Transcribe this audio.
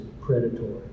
predatory